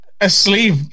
asleep